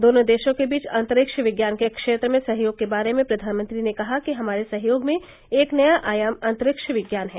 दोनों देशों के बीच अंतरिक्ष विज्ञान के क्षेत्र में सहयोग के बारे में प्रधानमंत्री ने कहा कि हमारे सहयोग में एक नया आयाम अंतरिक्ष विज्ञान है